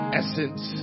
essence